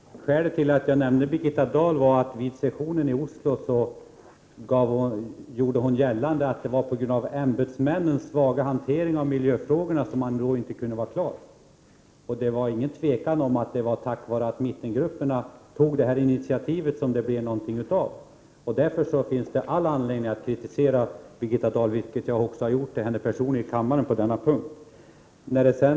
Herr talman! Skälet till att jag nämnde Birgitta Dahl var att hon vid sessionen i Oslo gjorde gällande att det var på grund av ämbetsmännens svaga hantering av miljöfrågorna som man då inte kunde vara klar. Det rådde inget tvivel om att det var tack vare att mittengrupperna tog det här initiativet som det blev någonting av. Därför finns det all anledning att kritisera Birgitta Dahl på den här punkten, vilket jag också gjort när jag debatterat med henne personligen i kammaren.